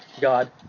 God